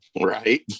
Right